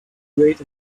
great